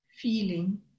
feeling